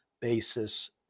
basis